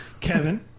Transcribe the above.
Kevin